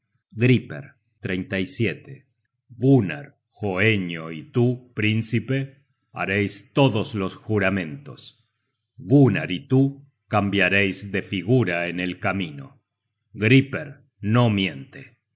yo mismo amo tanto griper gunnar hoenio y tú príncipe hareis todos los juramentos gunnar y tú cambiareis de figura en el camino griper no miente